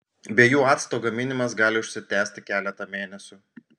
be jų acto gaminimas gali užsitęsti keletą mėnesių